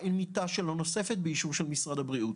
אין מיטה שנוספת שלא באישור משרד הבריאות,